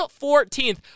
14th